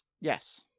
Yes